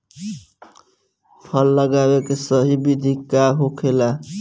फल लगावे के सही विधि का होखेला?